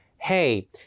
hey